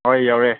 ꯍꯣꯏ ꯌꯧꯔꯦ